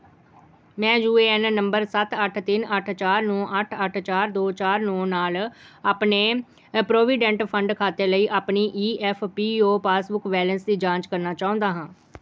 ਮੈਂ U A N ਨੰਬਰ ਸੱਤ ਅੱਠ ਤਿੰਨ ਅੱਠ ਚਾਰ ਨੌਂ ਅੱਠ ਅੱਠ ਦੋ ਚਾਰ ਨੌਂ ਨਾਲ ਆਪਣੇ ਪ੍ਰੋਵੀਡੈਂਟ ਫੰਡ ਖਾਤੇ ਲਈ ਆਪਣੀ E F P O passbook balance ਦੀ ਜਾਂਚ ਕਰਨਾ ਚਾਹੁੰਦਾ ਹਾਂ